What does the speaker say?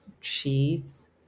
cheese